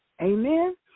Amen